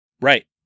Right